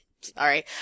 Sorry